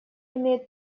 имеет